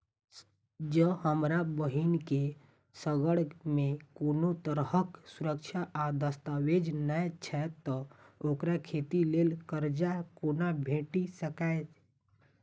जँ हमरा बहीन केँ सङ्ग मेँ कोनो तरहक सुरक्षा आ दस्तावेज नै छै तऽ ओकरा खेती लेल करजा कोना भेटि सकैये?